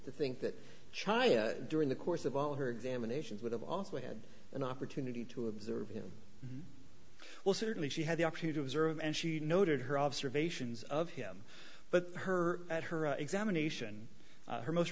to think that china during the course of all her examinations would have also had an opportunity to observe him well certainly she had the opportunity to observe and she noted her observations of him but her at her examination her most